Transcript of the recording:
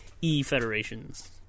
E-Federations